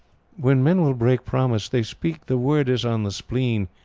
when men will break promise, they speak the wordes on the splene.